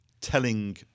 telling